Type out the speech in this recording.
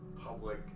public